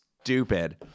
stupid